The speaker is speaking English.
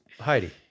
Heidi